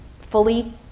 fully